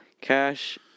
Cash